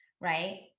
right